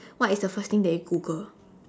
what is the first thing that you Google